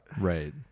Right